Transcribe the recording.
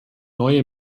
neue